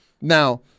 Now